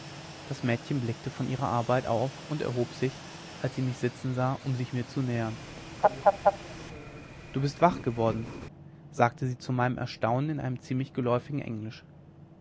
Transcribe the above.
das mädchen blickte von ihrer arbeit auf und erhob sich als sie mich sitzen sah um sich mir zu nähern du bist wach geworden sagte sie zu meinem erstaunen in einem ziemlich geläufigen englisch